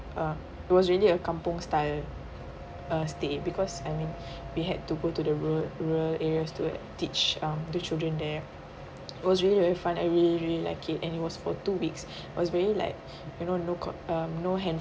uh it was really a kampung style uh stay because I mean we had to go to the rur~ rural areas to teach um the children it was really really fun I really really like it and it was for two weeks was way like you know no ca~ um no